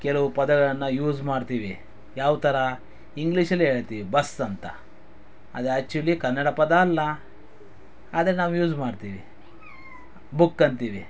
ಕೆಲವು ಪದಗಳನ್ನು ಯೂಸ್ ಮಾಡ್ತೀವಿ ಯಾವ ಥರ ಇಂಗ್ಲೀಷಲ್ಲಿ ಹೇಳ್ತೀವಿ ಬಸ್ ಅಂತ ಅದು ಆ್ಯಕ್ಚುಲಿ ಕನ್ನಡ ಪದ ಅಲ್ಲ ಆದರೆ ನಾವು ಯೂಸ್ ಮಾಡ್ತೀವಿ ಬುಕ್ ಅಂತೀವಿ